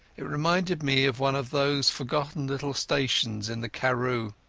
it reminded me of one of those forgotten little stations in the karroo.